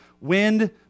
Wind